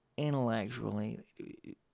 Intellectually